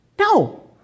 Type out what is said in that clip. No